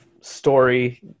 story